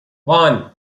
one